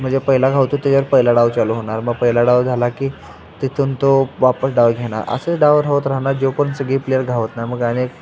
म्हणजे पहिला गावतो त्याच्यावर पहिला डाव चालू होणार मग पहिला डाव झाला की तिथून तो वापस डाव घेणार असे डाव राहत राहणार जो पण सगळी प्लेयर गावत नाही मग आणि